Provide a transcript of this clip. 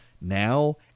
now